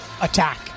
attack